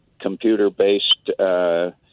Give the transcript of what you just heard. computer-based